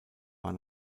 war